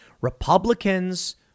Republicans